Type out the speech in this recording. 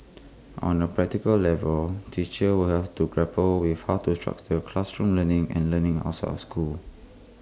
on A practical level teachers will have to grapple with how to structure classroom learning and learning outside of school